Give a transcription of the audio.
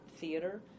theater